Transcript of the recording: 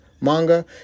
manga